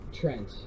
Trent